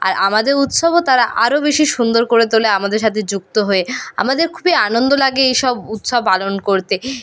আর আমাদের উৎসবও তারা আরো বেশি সুন্দর করে তোলে আমাদের সাথে যুক্ত হয়ে আমাদের খুবই আনন্দ লাগে এই সব উৎসব পালন করতে